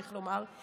צריך לומר.